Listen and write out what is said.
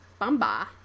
Bamba